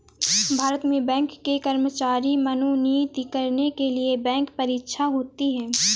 भारत में बैंक के कर्मचारी मनोनीत करने के लिए बैंक परीक्षा होती है